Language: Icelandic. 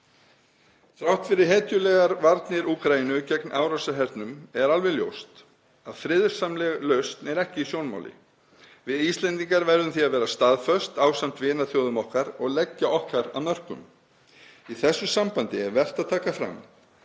Þrátt fyrir hetjulegar varnir Úkraínu gegn árásarhernum er alveg ljóst að friðsamleg lausn er ekki í sjónmáli. Við Íslendingar verðum því að vera staðföst ásamt vinaþjóðum okkar og leggja okkar af mörkum. Í þessu sambandi er vert að taka fram